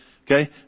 okay